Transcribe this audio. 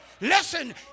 Listen